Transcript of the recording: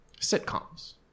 sitcoms